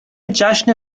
جشن